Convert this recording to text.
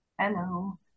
Hello